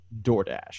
DoorDash